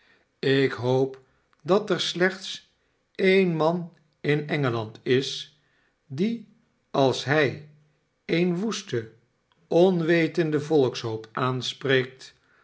ik hoop dat er slechts e'en man in engeland is die als hij een woesten onwetenden volkshoop aanspreekt